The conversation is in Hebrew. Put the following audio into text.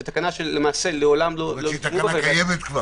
היא קיימת לא